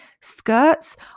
skirts